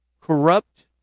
corrupt